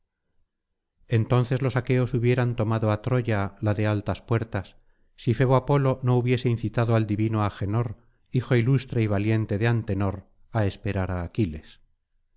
entonces los aqueos hubieran tomado á troya la de altas puertas si febo apolo no hubiese incitado al divino agenor hijo ilustre y valiente de antenor á esperar á aquiles